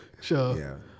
sure